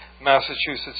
Massachusetts